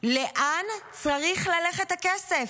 לאן צריך ללכת הכסף.